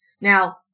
Now